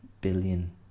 billion